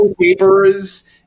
papers